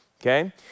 okay